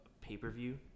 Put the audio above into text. pay-per-view